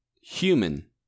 Human